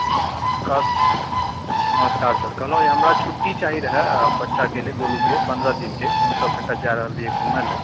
नमस्कार सर कहलहुँ जे हमरा छुट्टी चाही रहय बच्चाके गोलूके पन्द्रह दिनके हम सभ कनिटा जा रहल रहियै घुमयलऽ